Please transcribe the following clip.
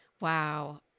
Wow